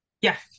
Yes